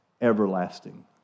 Everlasting